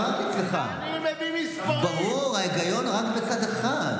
ברור, ההיגיון רק אצלך.